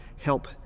Help